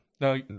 No